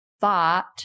thought